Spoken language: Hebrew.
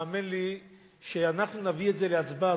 האמן לי שכשאנחנו נביא את זה להצבעה,